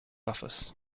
office